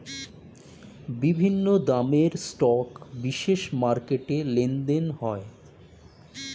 বিভিন্ন দামের স্টক বিশেষ মার্কেটে লেনদেন হয়